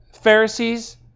Pharisees